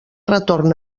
retorn